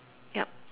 yup